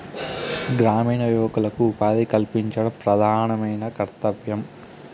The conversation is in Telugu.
గ్రామీణ యువకులకు ఉపాధి కల్పించడం ప్రధానమైన కర్తవ్యం